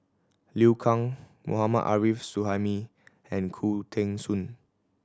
Liu Kang Mohammad Arif Suhaimi and Khoo Teng Soon